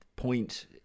point